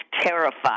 terrified